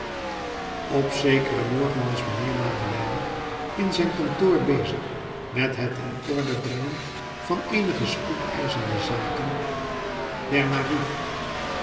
op zekeren morgen was mijnheer madeleine in zijn kantoor bezig met het in orde brengen van eenige spoedeischende zaken der mairie